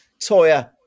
toya